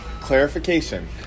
clarification